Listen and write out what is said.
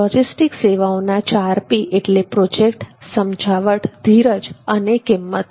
logistic સેવાઓના 4P એટલે project સમજાવટ ધીરજ અને કિંમત છે